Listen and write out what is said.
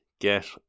Get